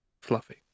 fluffy